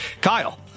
Kyle